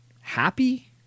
happy